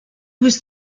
was